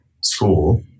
school